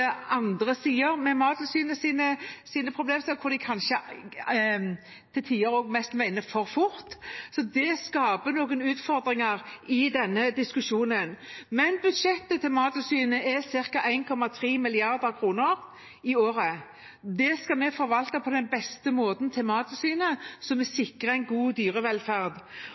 andre sider av Mattilsynets problemer – de mener at det kanskje til tider går for fort. Det skaper noen utfordringer i denne diskusjonen. Budsjettet til Mattilsynet er på ca. 1,3 mrd. kr i året. Det skal vi forvalte på beste måte for Mattilsynet, så vi sikrer en god dyrevelferd.